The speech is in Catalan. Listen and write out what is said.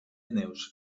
neus